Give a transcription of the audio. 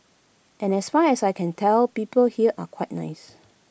and as far as I can tell people here are quite nice